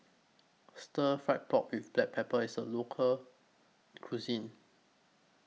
Stir Fried Pork with Black Pepper IS A Local Cuisine